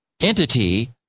entity